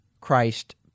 Christ